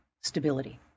stability